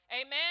Amen